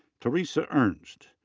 teresa ernst.